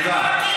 מספיק.